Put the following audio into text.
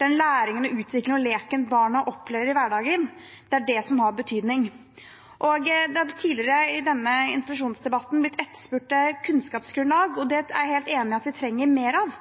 læringen og utviklingen og leken barna opplever i hverdagen, er det som har betydning. Det har tidligere i denne interpellasjonsdebatten blitt etterspurt et kunnskapsgrunnlag, og det er jeg helt enig i at vi trenger mer av.